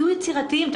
תהיו יצירתיים,